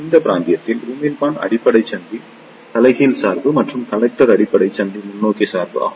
இந்த பிராந்தியத்தில் உமிழ்ப்பான் அடிப்படை சந்தி தலைகீழ் சார்பு மற்றும் கலெக்டர் அடிப்படை சந்தி முன்னோக்கி சார்பு ஆகும்